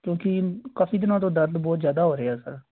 ਕਿਉਂਕਿ ਕਾਫੀ ਦਿਨਾਂ ਤੋਂ ਦਰਦ ਬਹੁਤ ਜ਼ਿਆਦਾ ਹੋ ਰਿਹਾ ਸਰ